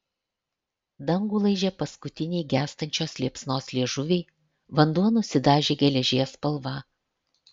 dangų laižė paskutiniai gęstančios liepsnos liežuviai vanduo nusidažė geležies spalva